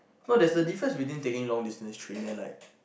no there's a difference between taking long distance train and like